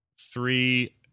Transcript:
Three